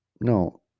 no